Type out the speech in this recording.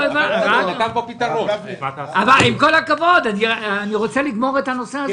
עם כל הכבוד, אני רוצה לגמור את הנושא הזה.